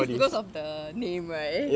it's because of the name right